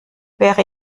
wäre